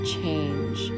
change